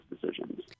decisions